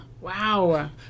Wow